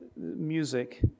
music